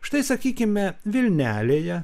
štai sakykime vilnelėje